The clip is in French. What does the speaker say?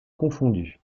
confondues